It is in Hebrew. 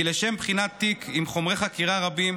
כי לשם בחינת תיק עם חומרי חקירה רבים,